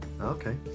okay